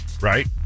Right